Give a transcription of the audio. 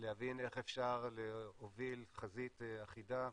להבין איך אפשר להוביל חזית אחידה,